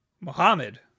Mohammed